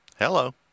Hello